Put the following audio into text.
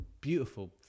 Beautiful